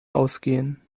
ausgehen